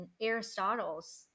Aristotle's